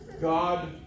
God